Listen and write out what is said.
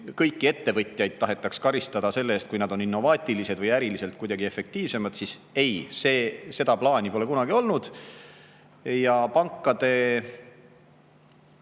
kõiki ettevõtjaid tahetaks karistada selle eest, et nad on innovaatilised või äriliselt kuidagi efektiivsemad, siis ei, seda plaani pole kunagi olnud. Ja pankade